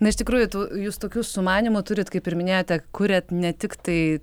na iš tikrųjų tu jūs tokių sumanymų turit kaip ir minėjote kuriate ne tiktai